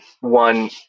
one